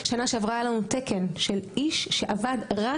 שנה שעברה היה לנו תקן של איש שעבד רק